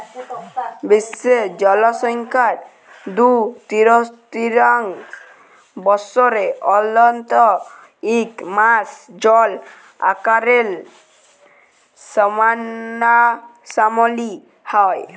বিশ্বের জলসংখ্যার দু তিরতীয়াংশ বসরে অল্তত ইক মাস জল আকালের সামলাসামলি হ্যয়